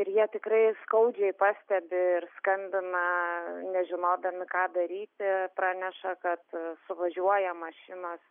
ir jie tikrai skaudžiai pastebi ir skambina nežinodami ką daryti praneša kad suvažiuoja mašinos